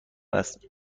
است